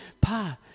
Pa